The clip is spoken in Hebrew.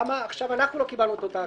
למה עכשיו אנחנו לא קיבלנו פה את ההקלה?